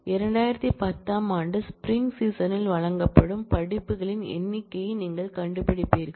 2010 ஆம் ஆண்டு ஸ்ப்ரிங் சீசனில் வழங்கப்படும் படிப்புகளின் எண்ணிக்கையை நீங்கள் கண்டுபிடிப்பீர்கள்